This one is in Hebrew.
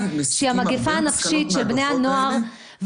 שהיא המגיפה הנפשית של בני הנוער,